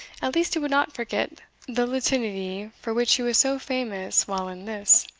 at least he would not forget the latinity for which he was so famous while in this.